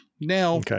Now